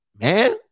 Man